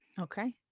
Okay